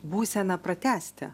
būseną pratęsti